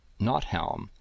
Nothelm